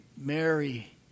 Mary